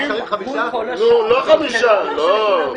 אני לא מדלל,